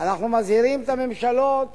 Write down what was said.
אנחנו מזהירים את הממשלות